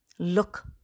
Look